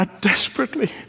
Desperately